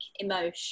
emotion